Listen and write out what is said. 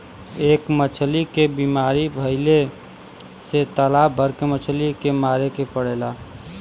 एक मछली के बीमारी भइले से तालाब भर के मछली के मारे के पड़ेला